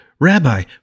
Rabbi